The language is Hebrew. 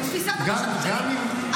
זו תפיסת הפרשנות שלי.